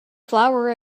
flower